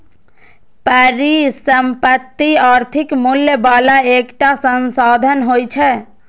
परिसंपत्ति आर्थिक मूल्य बला एकटा संसाधन होइ छै